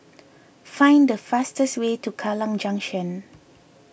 find the fastest way to Kallang Junction